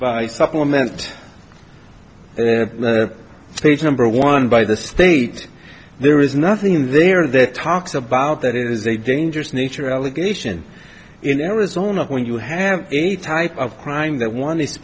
supplement page number one by the state there is nothing in there that talks about that it is a dangerous nature allegation in arizona when you have any type of crime that one i